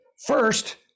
first